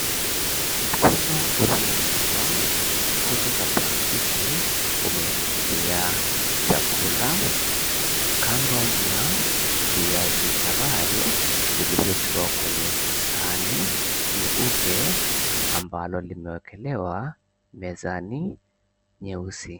Mkono uliotiwa kucha za plastiki umeshikilia chakula. Kando mna viazi karai vilivyotiwa kwenye sahani nyeupe ambalo limewekelewa mezani nyeusi.